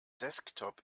desktop